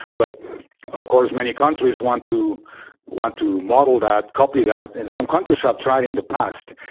but of course many countries want to want to model that, copy that and some countries have tried in the past.